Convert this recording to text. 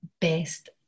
best